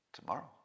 tomorrow